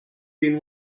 been